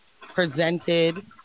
presented